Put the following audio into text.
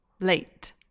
Late